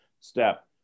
step